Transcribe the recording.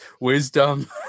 Wisdom